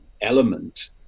element